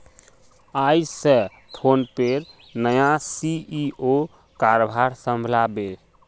आइज स फोनपेर नया सी.ई.ओ कारभार संभला बे